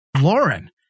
Lauren